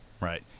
Right